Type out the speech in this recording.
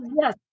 Yes